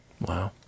Wow